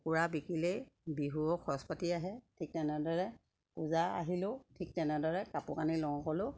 কুকুৰা বিকিলেই বিহু খৰচ পাতি আহে ঠিক তেনেদৰে পূজা আহিলেও ঠিক তেনেদৰে কাপোৰ কানি লওঁ ক'লেও